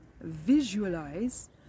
visualize